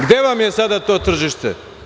Gde vam je sada to tržište?